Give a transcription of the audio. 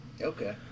okay